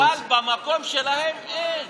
אבל במקום שלהם אין.